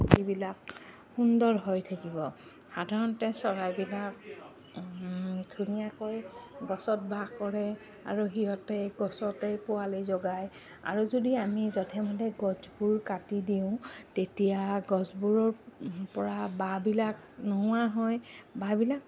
বাকীবিলাক সুন্দৰ হৈ থাকিব সাধাৰণতে চৰাইবিলাক ধুনীয়াকৈ গছত বাস কৰে আৰু সিহঁতে গছতেই পোৱালি জগায় আৰু যদি আমি যথেমধে গছবোৰ কাটি দিওঁ তেতিয়া গছবোৰৰপৰা বাঁহবিলাক নোহোৱা হয় বাঁহবিলাক